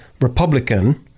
Republican